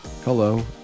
Hello